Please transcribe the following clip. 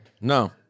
No